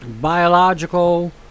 biological